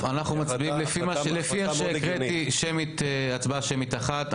אנחנו מצביעים לפי איך שהקראתי, הצבעה שמית אחת.